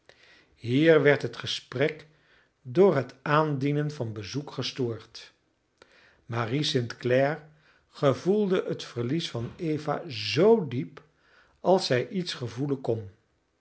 hier werd het gesprek door het aandienen van bezoek gestoord marie st clare gevoelde het verlies van eva zoo diep als zij iets gevoelen kon